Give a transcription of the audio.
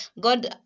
God